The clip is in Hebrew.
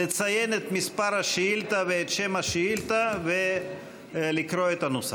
לציין את מספר השאילתה ואת שם השאילתה ולקרוא את הנוסח.